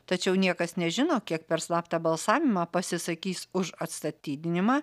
tačiau niekas nežino kiek per slaptą balsavimą pasisakys už atstatydinimą